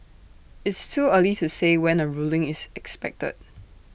it's too early to say when A ruling is expected